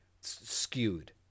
skewed